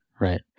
Right